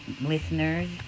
listeners